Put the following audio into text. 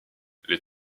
les